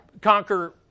Conquer